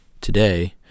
today